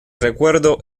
recuerdo